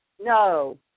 No